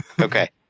Okay